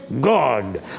God